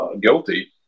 guilty